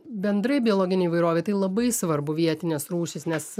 bendrai biologinė įvairovė tai labai svarbu vietinės rūšys nes